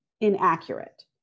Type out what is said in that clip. inaccurate